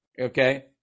Okay